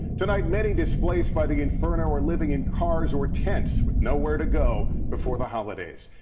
tonight many displaced by the inferno are living in cars or tents with nowhere to go before the holidays.